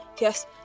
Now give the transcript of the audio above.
Yes